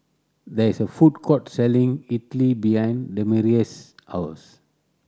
there is a food court selling Idili behind Demetrius' house